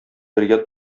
бергә